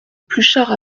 pluchart